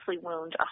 wound